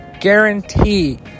guarantee